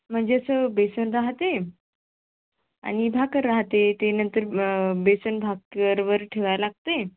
म्हणजे असं बेसन राहते आणि भाकर राहते ते नंतर बेसन भाकरीवर ठेवावं लागते